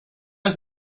ist